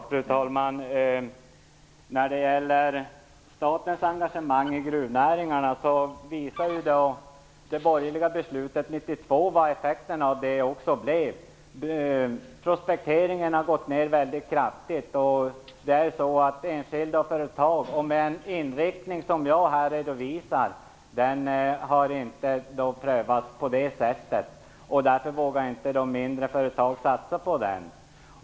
Fru talman! När det gäller statens engagemang i gruvnäringen visar det borgerliga beslutet från 1992 på effekterna här: Prospekteringen har gått ned väldigt kraftigt. Det gäller både enskilda och företag. Den inriktning som jag här redovisat har inte prövats på nämnda sätt. Därför vågar mindre företag inte satsa på den.